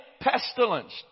pestilence